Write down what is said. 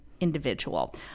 individual